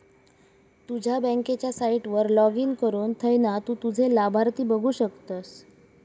तुझ्या बँकेच्या साईटवर लाॅगिन करुन थयना तु तुझे लाभार्थी बघु शकतस